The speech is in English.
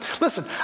Listen